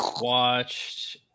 watched